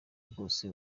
bwose